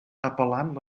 apel·lant